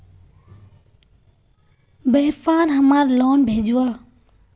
व्यापार हमार लोन भेजुआ?